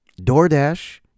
DoorDash